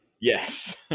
Yes